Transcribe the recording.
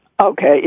Okay